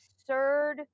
absurd